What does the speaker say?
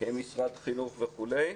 כמשרד חינוך וכו',